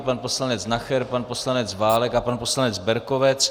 Pan poslanec Nacher, pan poslanec Válek a pan poslanec Berkovec.